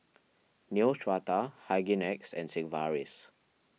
Neostrata Hygin X and Sigvaris